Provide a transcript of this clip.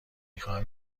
خواهم